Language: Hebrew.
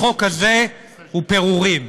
החוק הזה הוא פירורים.